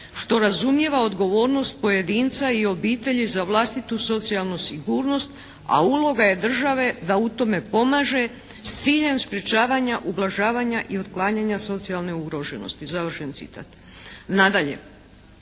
što razumijeva odgovornost pojedinca i obitelji za vlastitu socijalnu sigurnost a uloga je države da u tome pomaže s ciljem sprječavanja ublažavanja i otklanjanja socijalne ugroženosti.". Nadalje,